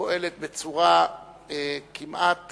פועלת בצורה שבה כמעט